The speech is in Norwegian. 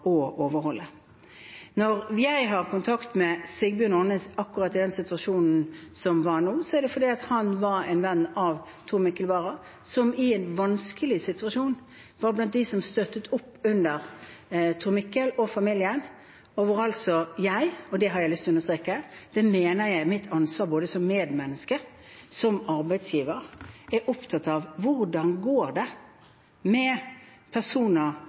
overholde. Når jeg har kontakt med Sigbjørn Aanes akkurat i den situasjonen som er nå, er det fordi han er en venn av Tor Mikkel Wara. I en vanskelig situasjon var han blant dem som støttet opp under Tor Mikkel og familien. Og jeg – og det har jeg lyst til å understreke, det mener jeg er mitt ansvar både som medmenneske og som arbeidsgiver – er opptatt av hvordan det går med personer